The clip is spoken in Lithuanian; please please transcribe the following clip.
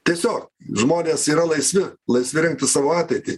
tiesiog žmonės yra laisvi laisvi rinktis savo ateitį